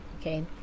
Okay